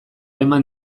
eman